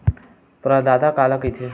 प्रदाता काला कइथे?